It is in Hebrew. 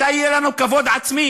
מתי יהיה לנו כבוד עצמי?